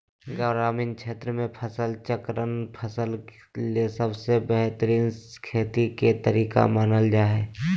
ग्रामीण क्षेत्र मे फसल चक्रण फसल ले सबसे बेहतरीन खेती के तरीका मानल जा हय